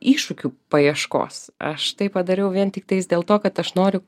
iššūkių paieškos aš tai padariau vien tiktais dėl to kad aš noriu